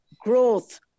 growth